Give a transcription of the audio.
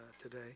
today